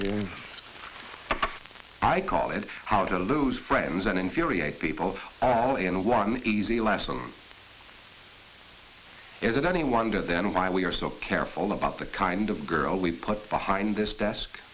you i call it how to lose friends and infuriate people all in one easy last month is it any wonder then why we are so careful about the kind of girl we put behind this desk